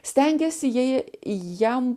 stengėsi jai jam